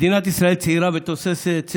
מדינת ישראל צעירה ותוססת.